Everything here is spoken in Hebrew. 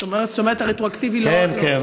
זאת אומרת, הרטרואקטיבי לא, כן, כן.